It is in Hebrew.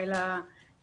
באופן פתאומי.